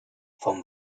vom